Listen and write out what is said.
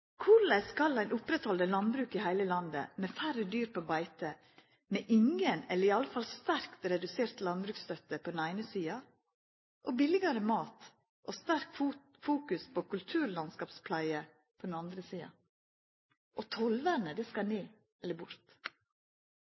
Korleis skal ein halda oppe landbruk i heile landet med færre dyr på beite, med ingen – eller i alle fall sterkt redusert – landbruksstøtte på den eine sida og billigare mat og sterkt fokus på kulturlandskapspleie på den andre sida? Og tollvernet, det skal ned, eller bort.